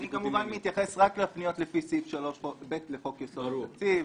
אני כמובן מתייחס רק לפניות לפי סעיף 3ב לחוק יסודות התקציב.